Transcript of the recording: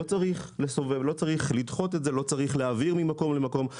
לא צריך לדחות את זה, לא צריך להעביר ממקום למקום.